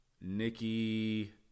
Nikki